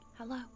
Hello